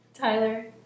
Tyler